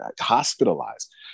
hospitalized